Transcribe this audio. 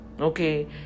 okay